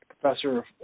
professor